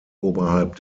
oberhalb